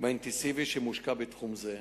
והאינטנסיבי שמושקע בתחום זה.